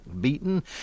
beaten